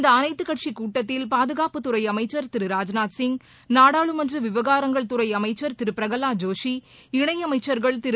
இந்த அனைத்துக்கட்சி கூட்டத்தில் பாதுகாப்புத்துறை அமைச்சன் திரு ராஜ்நாத் சிங் நாடாளுமன்ற விவகாரங்கள் துறை அமைச்சா் திரு பிரகவாத் ஜோஷி இணையமைச்சா்கள் திரு